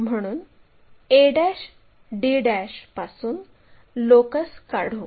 म्हणून a d पासून locus काढू